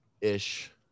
Ish